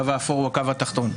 הקו האפור הוא הקו התחתון.